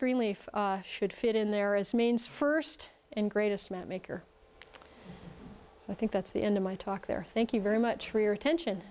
greenleaf should fit in there as means first and greatest mapmaker i think that's the end of my talk there thank you very much for your attention